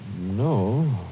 No